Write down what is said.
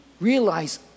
realize